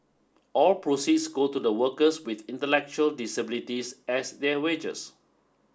all proceeds go to the workers with intellectual disabilities as their wages